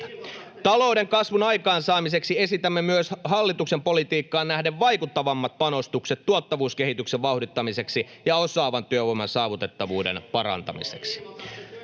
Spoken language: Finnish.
Talouden kasvun aikaansaamiseksi esitämme myös hallituksen politiikkaan nähden vaikuttavammat panostukset tuottavuuskehityksen vauhdittamiseksi ja osaavan työvoiman saatavuuden parantamiseksi.